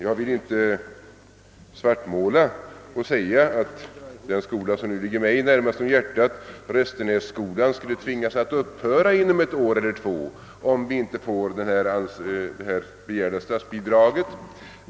Jag vill inte svartmåla och säga att den skola som nu ligger mig närmast om hjärtat, Restenässkolan, skulle tvingas att upphöra inom ett år eller två om inte det begärda statsbidraget beviljas.